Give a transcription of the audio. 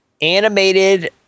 animated